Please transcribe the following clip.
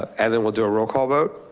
and then we'll do a roll call vote.